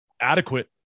adequate